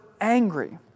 Angry